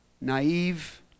naive